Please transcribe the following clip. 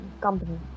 company